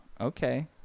okay